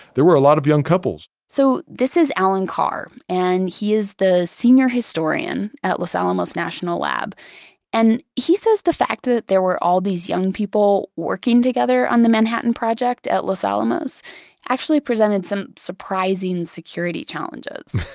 there were a lot of young couples so this is alan carr and he is the senior historian at los alamos national lab and he says the fact that there were all these young people working together on the manhattan project at los alamos actually presented some surprising security challenges.